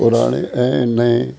पुराणे ऐं नएं